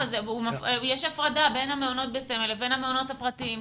יש הפרדה בין המעונות בסמל לבין המעונות הפרטיים.